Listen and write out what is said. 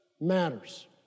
matters